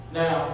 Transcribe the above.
now